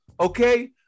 Okay